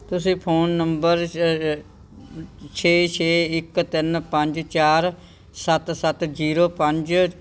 ਤੁਸੀਂ phone number ਛ ਛੇ ਛੇ ਇੱਕ ਤਿੰਨ ਪੰਜ ਚਾਰ ਸੱਤ ਸੱਤ ਜ਼ੀਰੋ ਪੰਜ